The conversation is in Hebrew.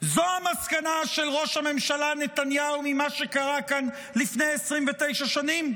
זו המסקנה של ראש הממשלה נתניהו ממה שקרה כאן לפני 29 שנים?